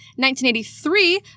1983